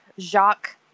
Jacques